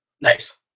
nice